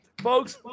Folks